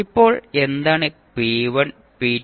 ഇപ്പോൾ എന്താണ് p1 p2 pn